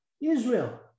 Israel